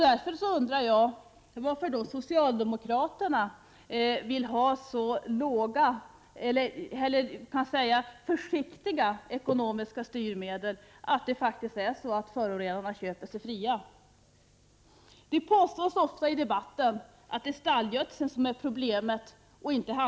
Då undrar jag varför socialdemokraterna vill ha så försiktiga ekonomiska styrmedel att de faktiskt medför att förorenarna köper sig fria. Det påstås ofta i debatten att det är stallgödsel, och inte handelsgödsel, som är problemet.